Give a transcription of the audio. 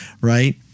right